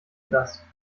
das